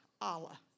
Allah